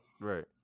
Right